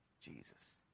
Jesus